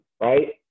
right